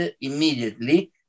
immediately